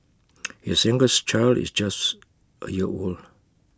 his youngest child is just A year old